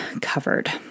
covered